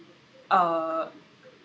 uh